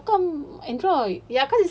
tak tanya how come android